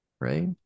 right